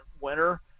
winner